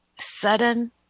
Sudden